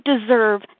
deserve